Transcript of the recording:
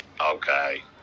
Okay